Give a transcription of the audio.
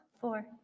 four